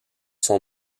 sont